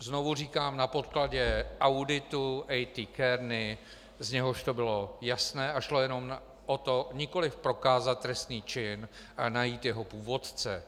Znovu říkám, na podkladě auditu A.T. KEARNEY, z něhož to bylo jasné, a šlo jenom o to nikoliv prokázat trestný čin a najít jeho původce.